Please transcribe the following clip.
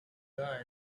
guide